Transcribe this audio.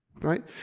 Right